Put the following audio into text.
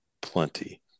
plenty